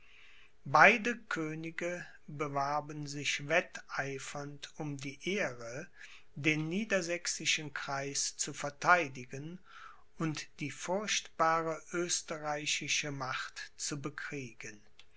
beide könige bewarben sich wetteifernd um die ehre den niedersächsischen kreis zu vertheidigen und die furchtbare österreichische macht zu bekriegen